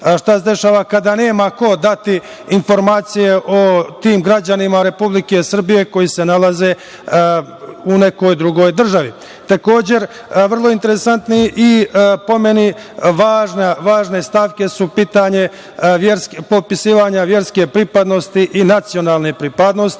Šta se dešava kada nema ko dati informacije o tim građanima Republike Srbije koji se nalaze u nekoj drugoj državi. Takođe, vrlo je interesantno i po meni važne stavke su pitanje popisivanje verske pripadnosti i nacionalne pripadnosti.